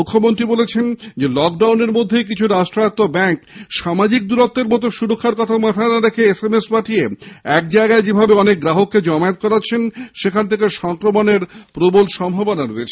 মুখ্যমন্ত্রী মমতা ব্যানার্জি গতকাল নবান্নে বলেন লকডাউনের মধ্যেই কিছু রাষ্ট্রায়ত্ত ব্যাঙ্ক সামাজিক দূরত্বের মত সুরক্ষার কথা মাথায় না রেখে এসএমএস পাঠিয়ে এক জায়গায় যেভাবে অনেক গ্রাহককে জমায়েত করাচ্ছেন সেখান থেকে সংক্রমনের প্রবল সম্ভাবনা রয়েছে